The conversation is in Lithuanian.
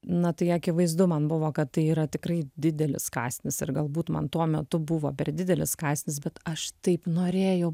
na tai akivaizdu man buvo kad tai yra tikrai didelis kąsnis ir galbūt man tuo metu buvo per didelis kąsnis bet aš taip norėjau